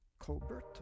Colbert